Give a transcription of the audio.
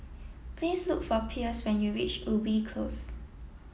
please look for Pierce when you reach Ubi Close